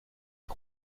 les